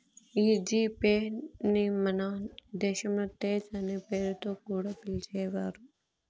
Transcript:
ఈ G Pay ని మన దేశంలో తేజ్ అనే పేరుతో కూడా పిలిచేవారు